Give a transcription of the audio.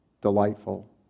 delightful